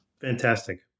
Fantastic